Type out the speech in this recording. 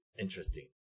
interesting